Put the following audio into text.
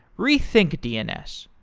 rethink dns,